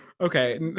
Okay